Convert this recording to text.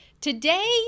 today